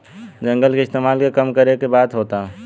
जंगल के इस्तेमाल के कम करे के बात होता